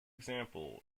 example